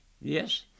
Yes